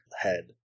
head